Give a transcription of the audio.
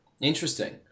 Interesting